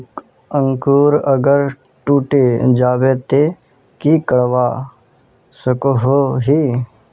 अंकूर अगर टूटे जाबे ते की करवा सकोहो ही?